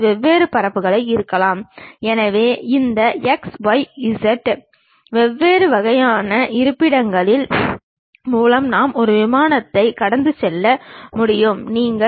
அவ்வாறு செய்கையில் இந்தப் பொருளின் பின் பக்கம் பக்கவாட்டு தோற்றம் மேல் பக்க தோற்றம் ஆகியவற்றை நாம் பார்க்க முடியாது